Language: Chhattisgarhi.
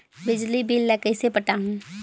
बिजली बिल ल कइसे पटाहूं?